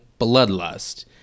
bloodlust